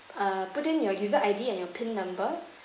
uh put in your user I_D and your PIN number